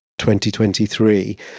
2023